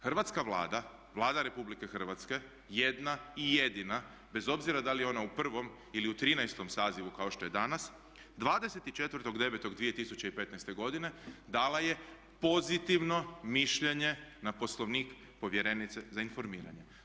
Hrvatska vlada, Vlada RH jedna i jedina bez obzira da li je ona u prvom ili u trinaestom sazivu kao što je danas 24.9.2015. godine dala je pozitivno mišljenje na Poslovnik povjerenice za informiranje.